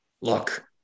look